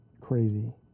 crazy